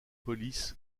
polis